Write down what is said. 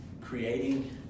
creating